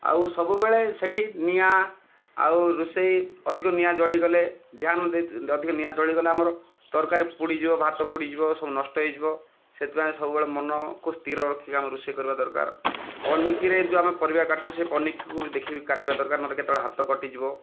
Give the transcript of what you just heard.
ଆଉ ସବୁ ବେଳେ ସେଇଠି ନିଆଁ ଆଉ ରୋଷେଇ ଅଧିକ ନିଆଁ ଜଲିଗଳେ ଧ୍ୟାନ ଦେଇ ଅଧିକ ନିଆଁ ଜଳିଗଲା ଆମର ତରକାରୀ ପୋଡ଼ିଯିବ ଭାତ ପୋଡ଼ିଯିବ ସବୁ ନଷ୍ଟ ହୋଇଯିବ ସେଇଥି ପାଇଁ ସବୁବେଳେ ମନକୁ ସ୍ଥିର ରଖିକି ଆମର ରୋଷେଇ କରିବା ଦରକାର ପନିକିରେ ଯେଉଁ ଆମେ ପରିବା କାଟୁଛେ ପନିକିକୁ ବି ଦେଖିକି କାଟିବା ଦରକାର ନହେଲେ କେତେବେଳେ ହାତ କଟିଯିବ